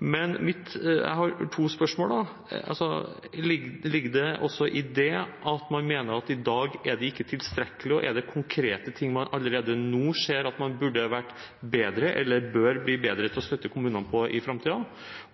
Jeg har to spørsmål. Ligger det også i det at man mener at det i dag ikke er tilstrekkelig, og er det konkrete ting man allerede nå ser at man burde vært bedre til – eller bør bli bedre til – å støtte kommunene i i framtiden?